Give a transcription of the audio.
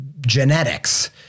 genetics